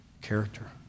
Character